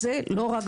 ואוקראינה.